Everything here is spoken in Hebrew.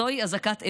זוהי אזעקת אמת.